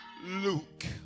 Luke